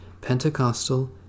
Pentecostal